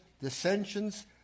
dissensions